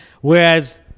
Whereas